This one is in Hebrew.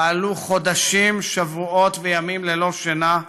פעלו חודשים, שבועות וימים ללא שינה,